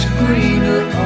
greener